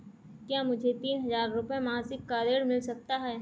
क्या मुझे तीन हज़ार रूपये मासिक का ऋण मिल सकता है?